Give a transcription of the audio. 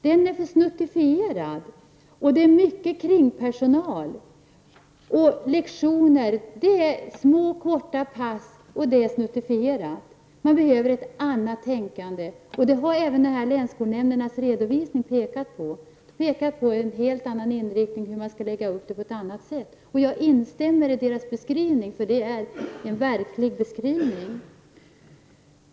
Den är snuttifierad. Det är för mycket kringpersonal, och lektionerna är små korta pass. Det behövs ett annat tänkande, och länsskolnämndernas redovisning har också pekat på en helt annan inriktning, hur man skall lägga upp det på ett annat sätt. Jag instämmer i deras beskrivning, för det är en verklighetsbeskrivning.